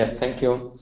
thank you.